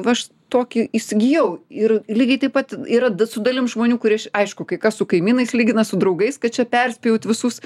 aš tokį įsigijau ir lygiai taip pat yra d su dalim žmonių kurie aišku kai kas su kaimynais lygina su draugais kad čia perspjaut visus